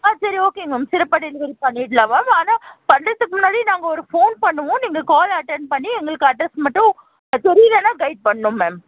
ஆ சரி okay ma'am சிறப்பாக delivery பண்ணிடலாம் மேம் ஆனால் பண்ணுறதுக்கு முன்னாடி நாங்கள் ஒரு ஃபோன் பண்ணுவோம் நீங்கள் கால் அட்டன் பண்ணி எங்களுக்கு அட்ரஸ் மட்டும் தெரியலைனா கைட் பண்ணும் மேம்